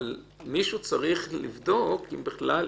מישהו צריך לבדוק לפני כן